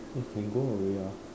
eh can go already ah